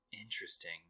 Interesting